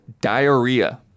Diarrhea